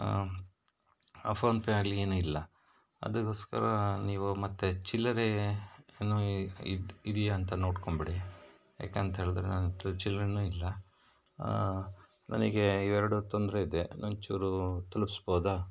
ಫೋನ್ಪೇಯಲ್ಲಿ ಏನು ಇಲ್ಲ ಅದಕ್ಕೋಸ್ಕರ ನೀವು ಮತ್ತೆ ಚಿಲ್ಲರೆ ಏನು ಇದ್ಯಾಂತ ನೋಡ್ಕೊಂಬಿಡಿ ಯಾಕಂತ ಹೇಳಿದ್ರೆ ನನ್ನ ಹತ್ರ ಚಿಲ್ಲರೆನೂ ಇಲ್ಲ ನನಗೆ ಎರಡು ತೊಂದರೆ ಇದೆ ಒಂದ್ಚೂರು ತಿಳಿಸ್ಬೋದಾ